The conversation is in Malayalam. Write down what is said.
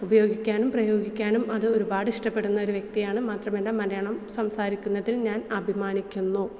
ഉപയോഗിക്കാനും പ്രയോഗിക്കാനും അത് ഒരുപാട് ഇഷ്ടപ്പെടുന്ന ഒരു വ്യക്തിയാണ് മാത്രമല്ല മലയാളം സംസാരിക്കുന്നതിൽ ഞാൻ അഭിമാനിക്കുന്നു